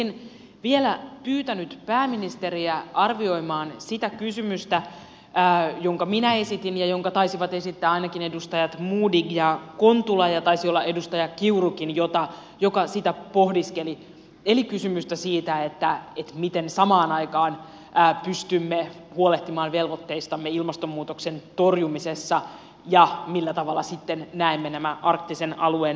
olisin vielä pyytänyt pääministeriä arvioimaan sitä kysymystä jonka minä esitin ja jonka taisivat esittää ainakin edustajat modig ja kontula ja taisi olla edustaja kiurukin joka sitä pohdiskeli eli kysymystä siitä miten samaan aikaan pystymme huolehtimaan velvoitteistamme ilmastonmuutoksen torjumisessa ja millä tavalla sitten näemme nämä arktisen alueen hyödyntämismahdollisuudet